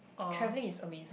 traveling is amazing